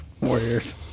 warriors